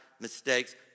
mistakes